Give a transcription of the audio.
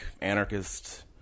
anarchist